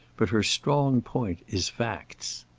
but her strong point is facts.